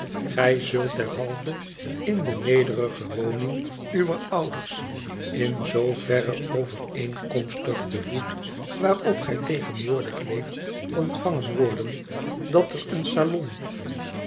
gij zult derhalve in de nederige woning uwer ouders in zooverre overeenkomstig den voet waarop gij tegenwoordig leeft ontvangen worden dat er een salon